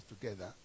together